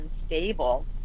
unstable